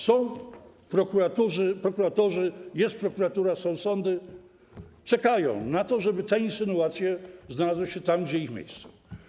Są prokuratorzy, jest prokuratura, są sądy, czekają na to, żeby te insynuacje znalazły się tam, gdzie ich miejsce.